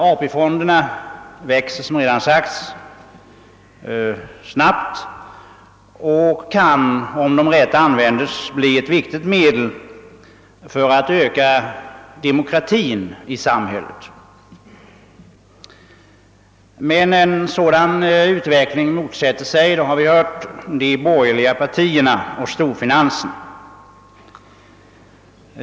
Som redan sagts växer AP-fonderna snabbt och kan, om de används rätt, bli ett viktigt medel för att öka demokratin i samhället. En sådan utveckling motsätter sig dock, som vi hört, de borgerliga partierna och storfinansen.